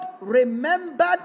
remembered